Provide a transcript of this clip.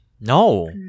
No